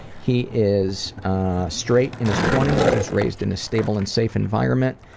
he is straight, in his twenty was raised in a stable and safe environment.